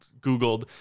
Googled